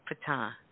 Pata